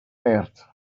earth